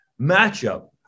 matchup